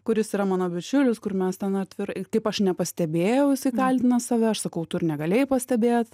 kuris yra mano bičiulis kur mes ten atvirai kaip aš nepastebėjau jisai kaltina save aš sakau tu ir negalėjai pastebėt